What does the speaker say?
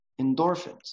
endorphins